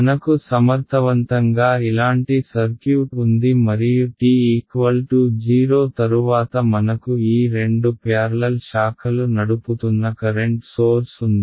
మనకు సమర్థవంతంగా ఇలాంటి సర్క్యూట్ ఉంది మరియు t 0 తరువాత మనకు ఈ రెండు ప్యార్లల్ శాఖలు నడుపుతున్న కరెంట్ సోర్స్ ఉంది